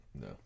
no